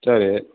சரி